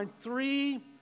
three